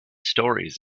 stories